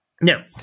Now